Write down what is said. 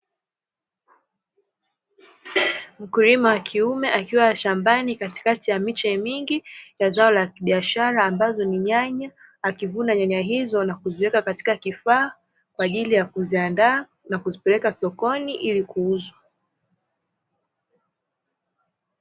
Mkulima wa kiume akiwa shambani katikati ya miche mingi ya zao la kibiashara ambazo ni nyanya, akivuna nyanya hizo na kuziweka katika kifaa kw ajili ya kuziandaa na kuzipeleka sokoni, ili kuuzwa.